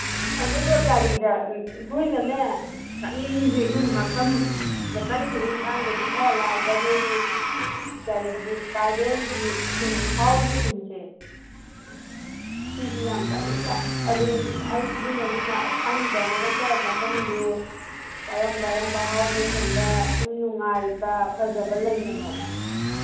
ꯑꯗꯨ ꯒꯥꯔꯤꯗ ꯑꯩꯈꯣꯏꯅꯅꯦ ꯆꯠꯅꯤꯡꯉꯤꯁꯦ ꯑꯩꯈꯣꯏꯒꯤ ꯃꯐꯝ ꯈꯇꯪ ꯁꯤꯗꯩ ꯏꯝꯐꯥꯜꯗꯒꯤ ꯈꯔ ꯂꯥꯞꯄ ꯑꯩꯈꯣꯏꯒꯤ ꯇ꯭ꯔꯥꯏꯕꯦꯜꯒꯤ ꯈꯨꯟ ꯍꯥꯎꯒꯤ ꯈꯨꯟꯁꯦ ꯁꯤꯁꯤ ꯌꯥꯝ ꯆꯠꯅꯤꯡꯕ ꯑꯗꯨ ꯑꯩꯈꯣꯏꯅꯗꯤ ꯈꯪꯗ꯭ꯔꯝꯅꯤꯅꯀꯣ ꯃꯐꯝꯗꯨ ꯀꯔꯝ ꯀꯔꯝꯕ ꯍꯥꯎꯒꯤ ꯈꯨꯟꯗ ꯁꯨꯝ ꯅꯨꯡꯉꯥꯏꯕ ꯐꯖꯕ ꯂꯩꯕꯅꯣꯕ